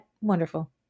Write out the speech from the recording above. wonderful